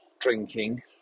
drinking